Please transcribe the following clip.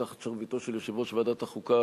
תחת שרביטו של יושב-ראש ועדת החוקה,